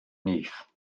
nyth